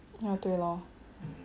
ya 对 lor